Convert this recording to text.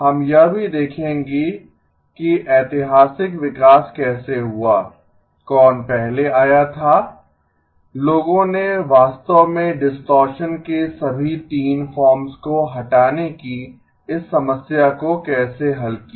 हम यह भी देखेंगे कि ऐतिहासिक विकास कैसे हुआ कौन पहले आया था लोगों ने वास्तव में डिस्टॉरशन के सभी 3 फॉर्म्स को हटाने की इस समस्या को कैसे हल किया